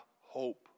hope